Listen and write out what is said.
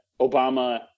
Obama